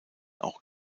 auch